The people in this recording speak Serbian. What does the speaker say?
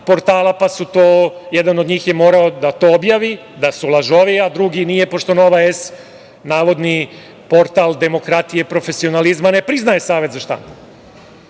portala, pa je jedan od njih morao da to objavi, da su lažovi, a drugi nije, pošto "Nova S", navodni portal demokratije i profesionalizma ne priznaje Savet za